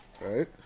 Right